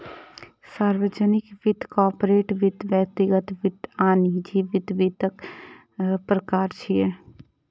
सार्वजनिक वित्त, कॉरपोरेट वित्त, व्यक्तिगत वित्त आ निजी वित्त वित्तक प्रकार छियै